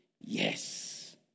Yes